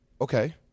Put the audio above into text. Okay